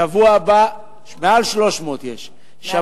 יש מעל 300. 300 נרשמים.